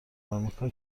آمریکا